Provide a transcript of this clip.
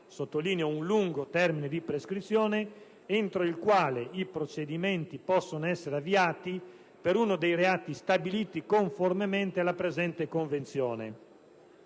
sottolineo: un lungo termine di prescrizione - «entro il quale i procedimenti possono essere avviati per uno dei reati stabiliti conformemente alla presente Convenzione».